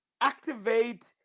activate